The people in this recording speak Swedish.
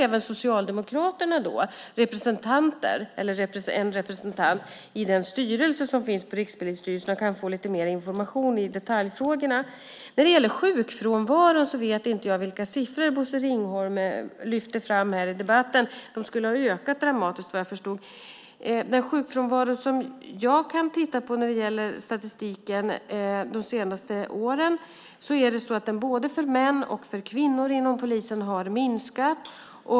Även Socialdemokraterna har en representant i styrelsen på Rikspolisstyrelsen och kan därmed få lite mer information i detaljfrågorna. När det gäller sjukfrånvaron vet inte jag vilka siffror Bosse Ringholm lyfter fram här i debatten, men jag förstod att de skulle ha ökat dramatiskt. Den sjukfrånvaro som jag kan titta på när det gäller statistiken de senaste åren har minskat både för män och för kvinnor inom polisen.